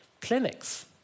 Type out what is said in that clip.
clinics